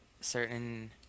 certain